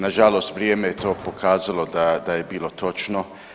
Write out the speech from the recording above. Nažalost vrijeme je to pokazalo da je bilo točno.